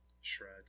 Shred